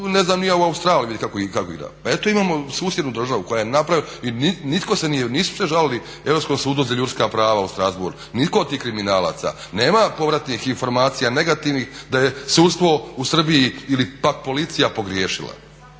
mi ići u Australiju vidjet kako … pa eto imamo susjednu državu koja je napravila i nitko se nije, nisu se žalili Europskom sudu za ljudska prava u Strassbourg, nitko od tih kriminalaca. Nema povratnih informacija negativnih da je sudstvo u Srbiji ili pak policija pogriješila.